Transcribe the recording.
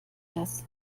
das